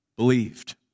believed